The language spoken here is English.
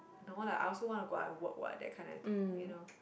no lah I also want to go out and work what that kind of you know